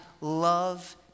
love